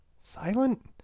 Silent